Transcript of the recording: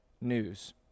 news